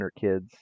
kids